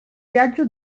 viaggio